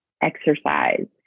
exercise